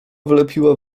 wlepiła